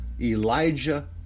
Elijah